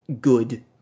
good